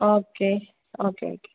okay okay okay